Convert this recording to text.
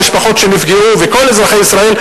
המשפחות שנפגעו וכל אזרחי ישראל,